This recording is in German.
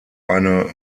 eine